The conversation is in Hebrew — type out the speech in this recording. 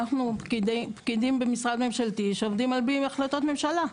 אנחנו פקידים במשרד ממשלתי שעובדים על פי החלטות ממשלה,